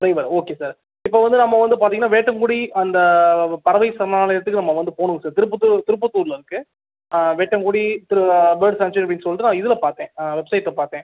புரியல okay sir இப்போது வந்து நம்ம வந்து பார்த்திங்கன்னா வேட்டங்குடி அந்த பறவை சரணாலயத்துக்கு நம்ம வந்து போகணும் சார் திருப்பத்தூர் திருப்பத்தூரில் இருக்குது வேட்டங்குடி திரு பேர்ட்ஸ் ஸ்சான்சரி சொல்லிகிட்டு நான் இதில் பார்த்தன் வெப்சைட்டில் பார்த்தேன்